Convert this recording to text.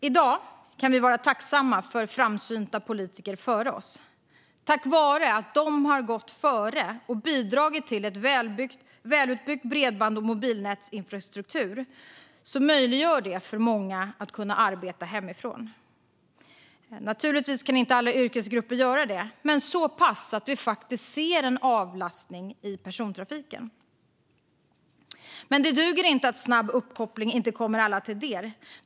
I dag kan vi vara tacksamma för framsynta politiker före oss. Tack vare att de har gått före och bidragit till en välutbyggd bredbands och mobilnätsinfrastruktur kan många arbeta hemifrån. Naturligtvis kan inte alla yrkesgrupper göra det, men det är så pass att vi faktiskt ser en avlastning i persontrafiken. Men det duger inte att en snabb uppkoppling inte kommer alla till del.